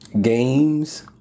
games